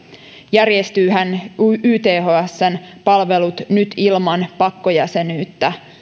järjestyväthän ythsn palvelut nyt ilman pakkojäsenyyttä